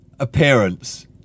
appearance